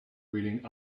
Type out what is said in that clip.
reading